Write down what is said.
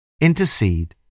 Intercede